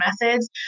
methods